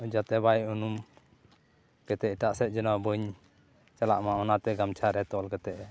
ᱡᱟᱛᱮ ᱵᱟᱭ ᱩᱱᱩᱢ ᱡᱟᱛᱮ ᱮᱴᱟᱜ ᱥᱮᱡ ᱡᱮᱱᱚ ᱵᱟᱹᱧ ᱪᱟᱞᱟᱜ ᱢᱟ ᱚᱱᱟᱛᱮ ᱜᱟᱢᱪᱷᱟ ᱨᱮ ᱛᱚᱞ ᱠᱟᱛᱮ